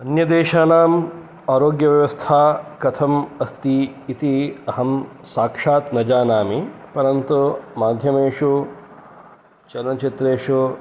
अन्यदेशानाम् आरोग्यव्यवस्था कथम् अस्ति इति अहं साक्षात् न जानामि परन्तु माध्यमेषु चलनचित्रेषु